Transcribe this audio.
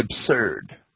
absurd